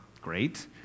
great